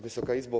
Wysoka Izbo!